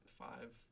five